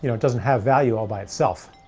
yeah it doesn't have value all by itself.